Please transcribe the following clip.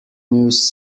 news